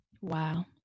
Wow